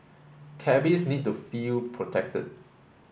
cabbies need to feel protected